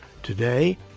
Today